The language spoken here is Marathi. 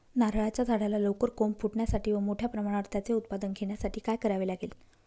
नारळाच्या झाडाला लवकर कोंब फुटण्यासाठी व मोठ्या प्रमाणावर त्याचे उत्पादन घेण्यासाठी काय करावे लागेल?